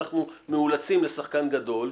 אנחנו מאולצים לשחקן גדול,